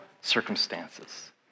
circumstances